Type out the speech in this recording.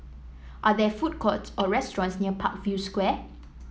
are there food courts or restaurants near Parkview Square